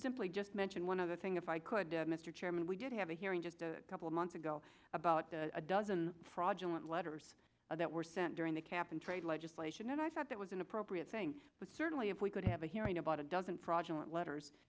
simply just mention one other thing if i could mr chairman we did have a hearing just a couple of months ago about a dozen fraudulent letters that were sent during the cap and trade legislation and i thought that was an appropriate thing but certainly if we could have a hearing about a dozen fraudulent letters